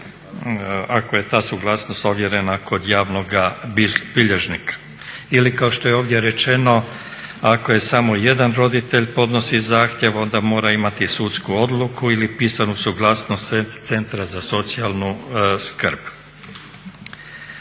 ako je ta suglasnost ovjerena kod javnoga bilježnika. Ili kao što je ovdje rečeno ako je samo jedan roditelj, podnosi zahtjev onda mora imati sudsku odluku ili pisanu suglasnost Centra za socijalnu skrb.